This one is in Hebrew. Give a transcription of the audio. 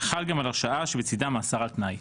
חל גם על הרשעה שבצידה מאסר על תנאי.